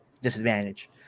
disadvantage